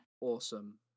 awesome